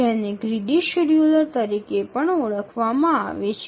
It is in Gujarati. જેને ગ્રીડી શેડ્યુલર તરીકે પણ ઓળખવામાં આવે છે